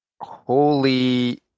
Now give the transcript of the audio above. holy